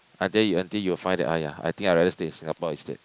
until until you find that !aiya! I think I rather stay in Singapore instead